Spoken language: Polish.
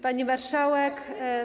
Pani Marszałek!